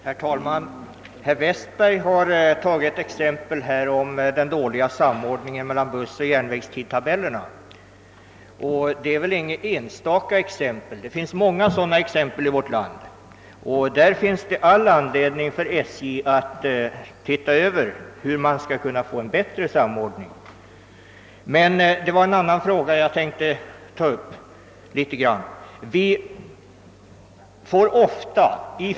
Herr talman! Herr Westberg anförde ett exempel på den dåliga samordningen mellan bussoch järnvägstidtabellerna, och man kan säkert hämta många exempel på samma sak från olika håll i landet. Det finns sålunda all anledning för SJ att undersöka hur samordningen skall kunna göras bättre. Det är emellertid en annan fråga som jag nu vill beröra något litet.